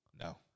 No